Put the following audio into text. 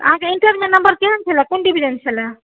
अहाँकेँ इण्टरमे नम्बर केहन छलऽ कोन डिबिजन छलऽ